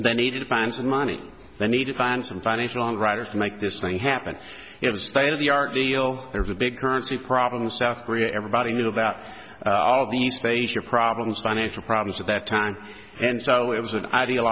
they need to find the money they need to find some financial and writers to make this thing happen it's a state of the art deal there's a big currency problem south korea everybody knew about all these things your problems financial problems at that time and so it was an ideal